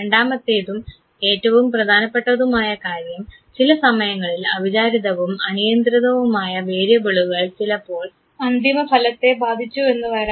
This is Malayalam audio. രണ്ടാമത്തേതും ഏറ്റവും പ്രധാനപ്പെട്ടതുമായ കാര്യം ചില സമയങ്ങളിൽ അവിചാരിതവും അനിയന്ത്രിതവുമായ വേരിയബിളുകൾ ചിലപ്പോൾ അന്തിമ ഫലത്തെ ബാധിച്ചുവെന്ന് വരാം